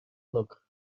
look